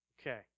Okay